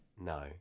No